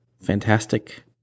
Fantastic